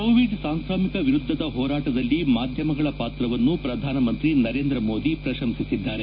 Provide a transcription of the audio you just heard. Covid ಸಾಂಕ್ರಾಮಿಕ ವಿರುದ್ದದ ಹೋರಾಟದಲ್ಲಿ ಮಾಧ್ಯಮಗಳ ಪಾತ್ರವನ್ನು ಪ್ರಧಾನಮಂತ್ರಿ ನರೇಂದ್ರ ಮೋದಿ ಪ್ರಶಂಸಿಸಿದ್ದಾರೆ